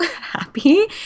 happy